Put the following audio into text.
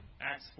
Acts